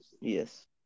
Yes